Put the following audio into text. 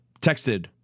texted